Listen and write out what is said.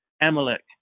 Amalek